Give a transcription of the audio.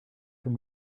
from